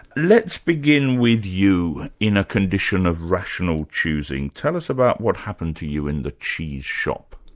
let's begin with you in a condition of rational choosing. tell us about what happened to you in the cheese shop.